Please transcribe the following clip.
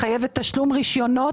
מחייבת תשלום רישיונות,